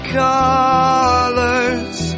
colors